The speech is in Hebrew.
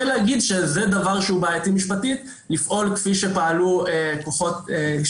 לומר שזה דבר בעייתי משפטית כפי שפעלו הירדנים.